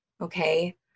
Okay